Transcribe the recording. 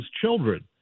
children